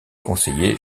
conseiller